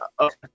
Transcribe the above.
okay